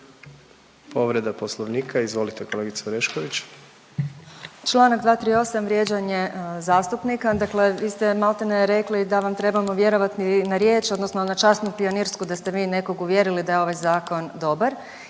Dalija (Stranka s imenom i prezimenom)** Članak 238. vrijeđanje zastupnika. Dakle, vi ste maltene rekli da vam trebamo vjerovati na riječ, odnosno na časnu pionirsku da ste vi nekog uvjerili da je ovaj zakon dobar.